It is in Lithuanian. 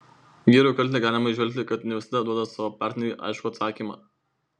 vyrų kaltę galima įžvelgti kad ne visada duoda savo partnerei aiškų atsakymą